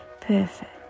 perfect